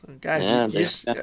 Guys